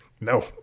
No